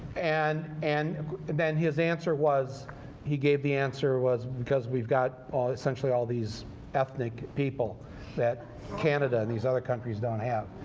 and and and then his answer was he gave the answer, was because we've got essentially all these ethnic people that canada and these other countries don't have.